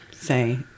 say